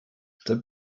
der